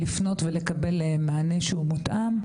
לפנות ולקבל מענה מותאם.